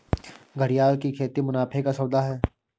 घड़ियाल की खेती मुनाफे का सौदा है